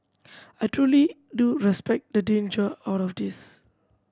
I truly do respect the danger out of this